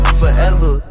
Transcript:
forever